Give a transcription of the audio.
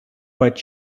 but